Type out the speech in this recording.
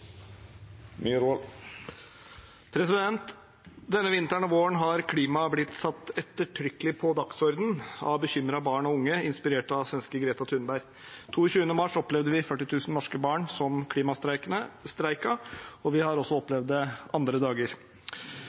Denne vinteren og våren har klimaet blitt satt ettertrykkelig på dagsordenen av bekymrede barn og unge, inspirert av svenske Greta Thunberg. Den 22. mars opplevde vi at 40 000 norske barn klimastreiket. Vi har også opplevd det andre dager.